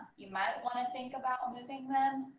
you might want to think about moving them.